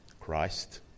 Christ